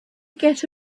get